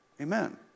Amen